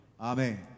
Amen